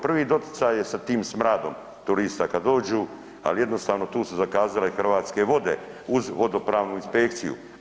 Prvi doticaj je sa tim smradom turista kada dođu, ali jednostavno tu su zakazale Hrvatske vode uz vodopravnu inspekciju.